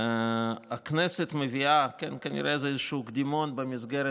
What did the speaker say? הכנסת מביאה כנראה איזשהו קדימון במסגרת